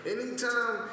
Anytime